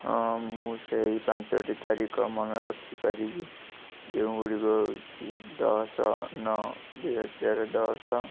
ହଁ ମୁଁ ସେଇ ପାଞ୍ଚଟି ତାରିଖ ମନେ ରଖିପାରିବି ଯେଉଁଗୁଡ଼ିକ ହେଉଛି ଦଶ ନଅ ଦୁଇହଜାର ଦଶ